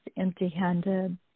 empty-handed